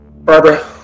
Barbara